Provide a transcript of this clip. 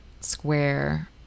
square